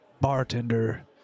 bartender